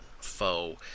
foe